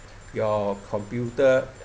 your computer